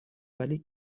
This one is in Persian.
ولی